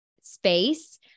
space